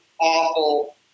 awful